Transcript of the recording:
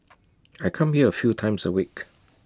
I come here A few times A week